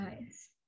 nice